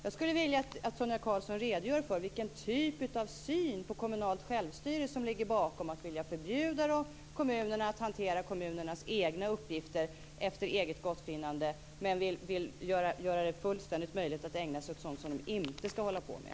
Jag skulle vilja att Sonia Karlsson redogör för vilken typ av syn på kommunalt självstyre som ligger bakom att vilja förbjuda kommunerna att hantera kommunernas egna uppgifter efter eget gottfinnande men vill göra det fullständigt möjligt att ägna sig åt sådant de inte ska hålla på med.